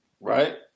right